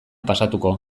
pasatuko